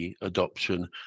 adoption